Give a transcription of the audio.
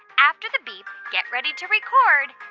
after the beep, get ready to record